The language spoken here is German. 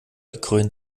gekrönt